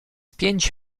pięć